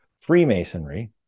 Freemasonry